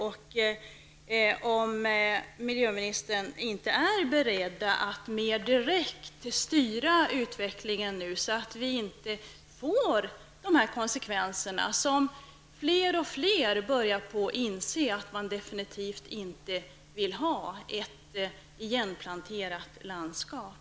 Är miljöministern inte beredd att mer direkt styra utvecklingen, så att vi inte får den konsekvens som fler och fler börjar inse att man definitivt inte vill ha, dvs. ett igenplanterat landskap.